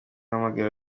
uhamagara